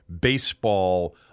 baseball